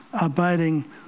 abiding